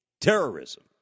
terrorism